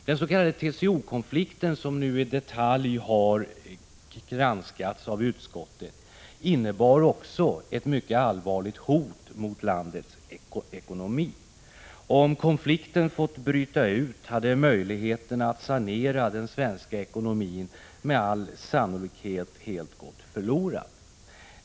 Den s.k. TCO-konflikten, som nu i detalj har granskats av utskottet, innebar också ett mycket allvarligt hot mot landets ekonomi. Om konflikten hade fått bryta ut, hade möjligheterna att sanera den svenska ekonomin med all sannolikhet helt gått förlorade.